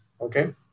Okay